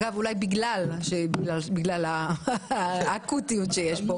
אגב, אולי בגלל האקוטיות שיש פה.